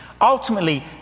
Ultimately